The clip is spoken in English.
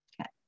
Okay